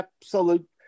absolute